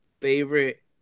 favorite